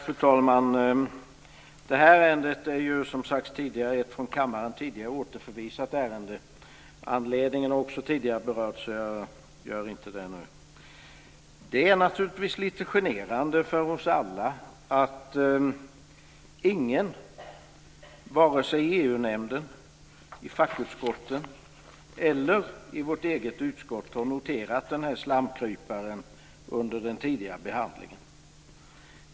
Fru talman! Det här ärendet är, som tidigare sagts, ett av kammaren tidigare återförvisat ärende. Anledningen har också tidigare berörts så jag går inte nu in på den. Det är naturligtvis lite generande för oss alla att ingen - inte EU-nämnden, inte fackutskotten och inte vårt eget utskott - har under tidigare behandling noterat den här slamkryparen.